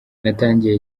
natangiye